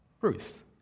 Ruth